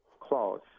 clause